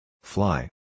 Fly